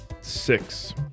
Six